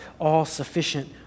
all-sufficient